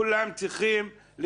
אני מסכים שכולם צריכים לדווח.